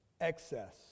Excess